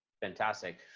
Fantastic